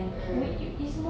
mm